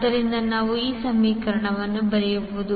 ಆದ್ದರಿಂದ ನೀವು ಏನು ಬರೆಯಬಹುದು